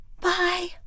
Bye